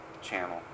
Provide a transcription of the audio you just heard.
channel